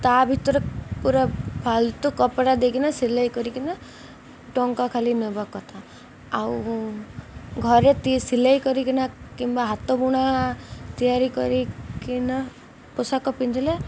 ତା ଭିତରେ ପୁରା ଫାଲତୁ କପଡ଼ା ଦେଇକିନା ସିଲେଇ କରିକିନା ଟଙ୍କା ଖାଲି ନେବା କଥା ଆଉ ଘରେ ସିଲେଇ କରିକିନା କିମ୍ବା ହାତ ବୁଣା ତିଆରି କରିକିନା ପୋଷାକ ପିନ୍ଧିଲେ